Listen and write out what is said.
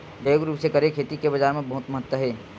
जैविक रूप से करे खेती के बाजार मा बहुत महत्ता हे